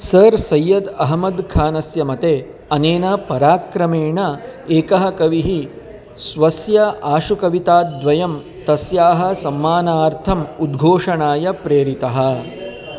sir Syed Ahmad खानस्य मते अनेन पराक्रमेण एकः कविः स्वस्य आशुकविताद्वयं तस्याः सम्मानार्थम् उद्घोषणाय प्रेरितः